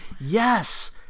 Yes